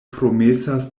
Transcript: promesas